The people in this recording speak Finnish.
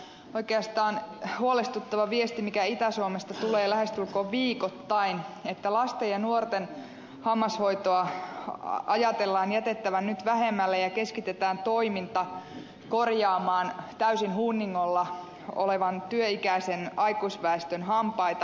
oikeastaan huolestuttava viesti mikä itä suomesta tulee lähestulkoon viikoittain on että lasten ja nuorten hammashoitoa ajatellaan jätettävän nyt vähemmälle ja keskitetään toiminta korjaamaan täysin hunningolla olevan työikäisen aikuisväestön hampaita